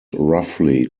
roughly